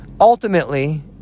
ultimately